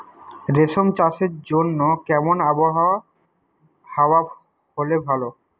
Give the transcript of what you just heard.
রেশম চাষের জন্য কেমন আবহাওয়া হাওয়া হলে ভালো?